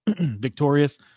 victorious